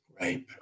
right